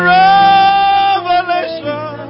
revelation